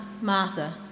Martha